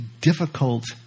difficult